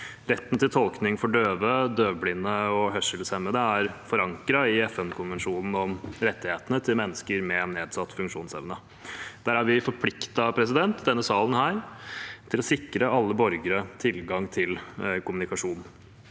Retten til tolkning for døve, døvblinde og hørselshemmede er forankret i FNkonvensjonen om rettighetene til mennesker med nedsatt funksjonsevne. Der er vi i denne salen forpliktet til å sikre alle borgere tilgang til kommunikasjon.